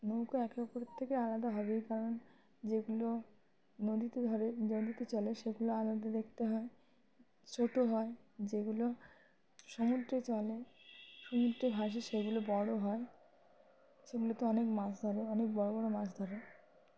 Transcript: নৌকা একে অপরের থেকে আলাদা হবেই কারণ যেগুলো নদীতে ধরে নদীতে চলে সেগুলো আলাদা দেখতে হয় ছোট হয় যেগুলো সমুদ্রে চলে সমুদ্রে ভাসে সেগুলো বড় হয় সেগুলোতে অনেক মাছ ধরে অনেক বড় বড় মাছ ধরে